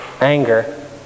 anger